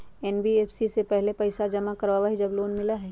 NBFC पहले पईसा जमा करवहई जब लोन मिलहई?